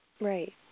Right